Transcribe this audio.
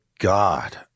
God